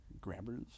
grabbers